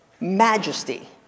majesty